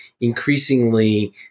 increasingly